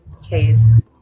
taste